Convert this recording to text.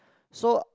so